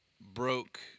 broke